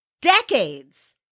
decades